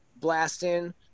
blasting